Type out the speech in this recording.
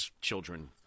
children